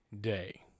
day